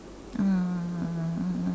uh